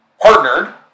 partnered